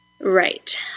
Right